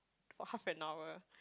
for half an hour